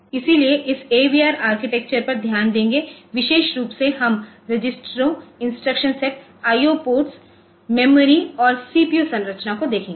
इसलिए इस AVR architecture पर ध्यान देंगे विशेष रूप से हम रजिस्टरोंइंस्ट्रक्शन सेटIO पोर्ट मेमोरी और CPU संरचना को देखेंगे